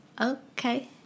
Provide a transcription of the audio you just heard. Okay